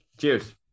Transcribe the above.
Cheers